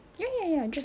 ya